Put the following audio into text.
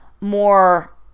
more